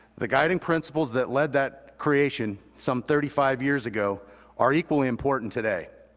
the guiding principles that led that creation some thirty five years ago are equally important today.